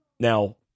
Now